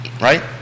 right